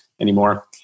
anymore